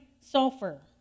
sulfur